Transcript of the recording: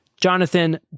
Jonathan